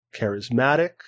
charismatic